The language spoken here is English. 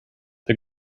the